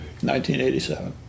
1987